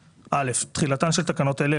8. (א) תחילתן של תקנות אלה,